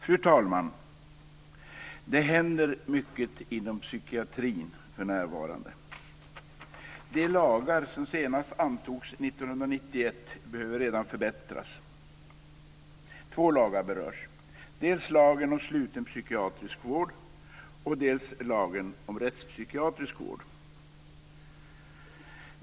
Fru talman! Det händer mycket inom psykiatrin för närvarande. De lagar som senast antogs, 1991, behöver redan förbättras. Två lagar berörs - dels lagen om sluten psykiatrisk vård, dels lagen om rättspsykiatrisk vård.